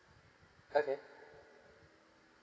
okay